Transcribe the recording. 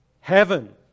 Heaven